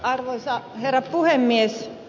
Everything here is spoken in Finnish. arvoisa herra puhemies